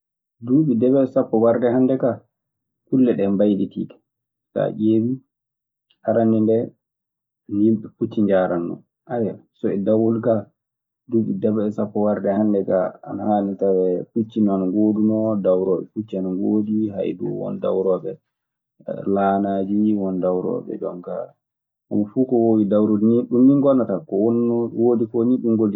Duuɓi debe e sappo, warde hannde kaa kulle ɗee mbaylitiike; sa a ƴeewi, arannde ndee yyimɓe pucci njaarannoo. dawwol kaa, duuɓi debe e sappo warde hannde kaa ana haani tawee pucci ana ngooduno, dawrooɓe pucci ana ngoodi. duu won dawrooɓe laanaaji. Won dawrooɓe hono jonkaa-homo fuu ko woowi dawrude nii, ɗum nii ngonata, ko wonnoo ko woodi koo nii-